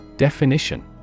Definition